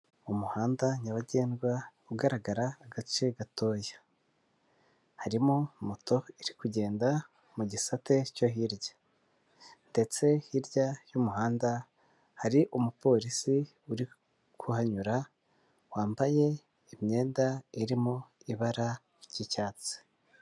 Umuhanda nyabagendwa ugaragara agace gatoya, harimo moto iri kugenda mu gisate cyo hirya, ndetse hirya y'umuhanda hari umupolisi uri kuhanyura, wambaye imyenda irimo ibara ry'icyatsi.